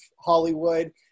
Hollywood